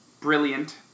brilliant